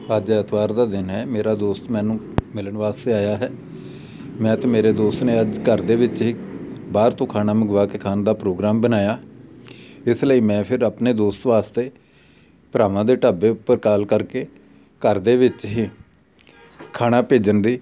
ਅੱਜ ਐਤਵਾਰ ਦਾ ਦਿਨ ਹੈ ਮੇਰਾ ਦੋਸਤ ਮੈਨੂੰ ਮਿਲਣ ਵਾਸਤੇ ਆਇਆ ਹੈ ਮੈਂ ਅਤੇ ਮੇਰੇ ਦੋਸਤ ਨੇ ਅੱਜ ਘਰ ਦੇ ਵਿੱਚ ਬਾਹਰ ਤੋਂ ਖਾਣਾ ਮੰਗਵਾ ਕੇ ਖਾਣ ਦਾ ਪ੍ਰੋਗਰਾਮ ਬਣਾਇਆ ਇਸ ਲਈ ਮੈਂ ਫਿਰ ਆਪਣੇ ਦੋਸਤ ਵਾਸਤੇ ਭਰਾਵਾਂ ਦੇ ਢਾਬੇ ਉੱਪਰ ਕਾਲ ਕਰਕੇ ਘਰ ਦੇ ਵਿੱਚ ਹੀ ਖਾਣਾ ਭੇਜਣ ਦੀ